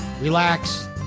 relax